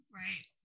right